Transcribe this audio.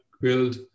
build